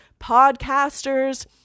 podcasters